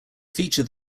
featured